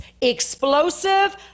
explosive